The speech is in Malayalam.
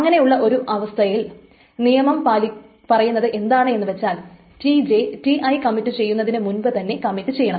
അങ്ങനെയുള്ള ഒരു അവസ്ഥയിൽ നിയമം പറയുന്നത് എന്താണെന്നു വച്ചാൽ Tj Ti കമ്മിറ്റു ചെയ്യുന്നതിനു മുൻപു തന്നെ കമ്മിറ്റ് ചെയ്യണം